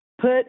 Put